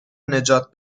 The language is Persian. نجات